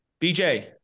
BJ